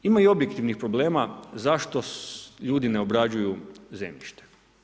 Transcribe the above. Ima i objektivnih problema zašto ljudi ne obrađuju zemljište.